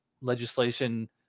legislation